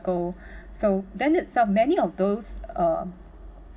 ~cle so then itself many of those uh